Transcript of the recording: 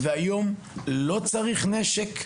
כך שהיום לא צריך נשק,